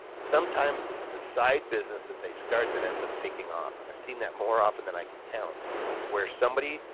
sometimes it's the side business that they start that ends up taking off and i've seen that more often than i can count where somebody,